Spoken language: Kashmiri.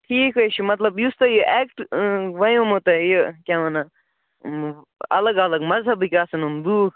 ٹھیٖک حظ چھُ مطلب یُس تۄہہِ یہِ ایکٹ وَنٮ۪ومو تۄہہِ اتھ کیٛاہ وَنان اَلَگ اَلَگ مَذہَبٕکۍ آسَن یِم لوٗکھ